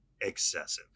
excessive